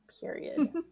period